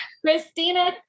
Christina